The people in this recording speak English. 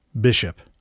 Bishop